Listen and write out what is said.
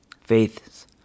faiths